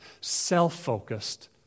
Self-focused